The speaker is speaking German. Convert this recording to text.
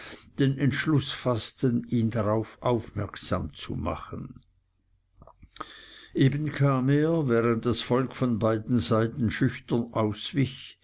den entschluß faßten ihn darauf aufmerksam zu machen eben kam er während das volk von beiden seiten schüchtern auswich